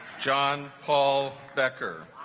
john paul becker